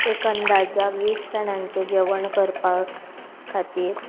एक अंदाजा वीस जाणांचे जेवण करपाक खातीर